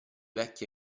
vecchi